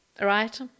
right